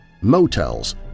motels